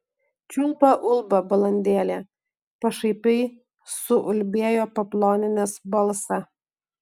čiulba ulba balandėlė pašaipiai suulbėjo paploninęs balsą